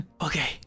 Okay